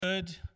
good